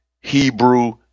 Hebrew